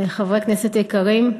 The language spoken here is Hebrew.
חברי כנסת יקרים,